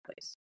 place